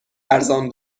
ارزان